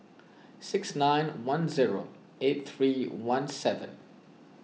six nine one zero eight three one seven